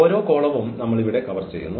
ഓരോ കോളവും നമ്മൾ ഇവിടെ കവർ ചെയ്യുന്നു